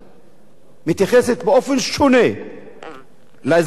מתייחסת באופן שונה לאזרחי המדינה,